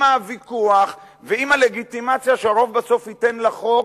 הוויכוח ועם הלגיטימציה שהרוב בסוף ייתן לחוק,